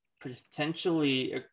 potentially